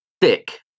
thick